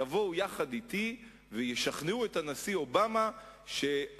יבואו אתי וישכנעו את הנשיא אובמה שמה